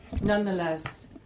Nonetheless